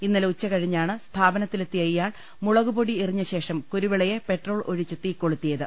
ഇന്നലെ ഉച്ചകഴി ഞ്ഞാണ് സ്ഥാപനത്തിലെത്തിയ ഇയാൾ മുളകുപൊടി എറിഞ്ഞശേഷം കുരുവിളയെ പെട്രോൾ ഒഴിച്ച് തീക്കൊളുത്തിയത്